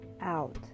out